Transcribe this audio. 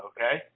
Okay